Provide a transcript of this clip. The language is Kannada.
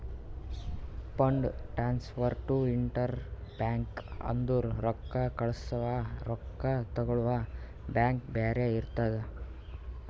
fund transfer to inter bank ಅಂದುರ್ ರೊಕ್ಕಾ ಕಳ್ಸವಾ ರೊಕ್ಕಾ ತಗೊಳವ್ ಬ್ಯಾಂಕ್ ಬ್ಯಾರೆ ಇರ್ತುದ್